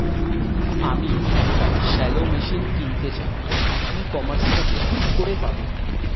আমি একটি shallow machine কিনতে চাই ই কমার্স থেকে কি করে পাবো?